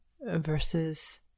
versus